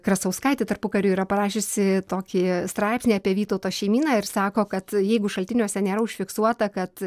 krasauskaitė tarpukariu yra parašiusi tokį straipsnį apie vytauto šeimyną ir sako kad jeigu šaltiniuose nėra užfiksuota kad